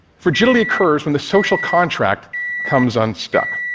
fragility occurs when the social contract comes unstuck.